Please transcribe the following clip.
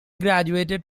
graduated